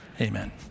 amen